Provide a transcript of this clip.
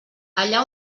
allà